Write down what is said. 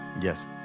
Yes